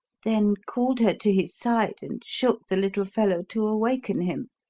then called her to his side and shook the little fellow to awaken him.